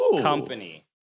company